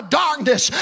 darkness